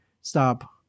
Stop